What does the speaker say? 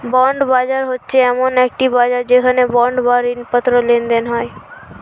bond বাজার হচ্ছে এমন একটি বাজার যেখানে বন্ড বা ঋণপত্র লেনদেন হয়